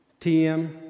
TM